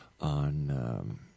on